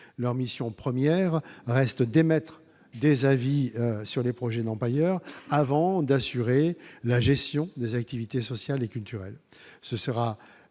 leurs missions premières reste d'émettre des avis sur les projets non pas ailleurs, avant d'assurer la gestion des activités sociales et culturelles,